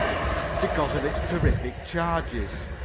because of its terrific charges.